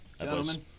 Gentlemen